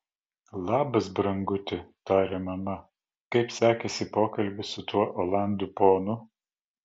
labas branguti tarė mama kaip sekėsi pokalbis su tuo olandų ponu